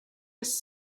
his